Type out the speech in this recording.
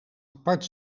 apart